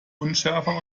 unschärfer